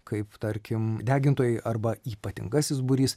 kaip tarkim degintojai arba ypatingasis būrys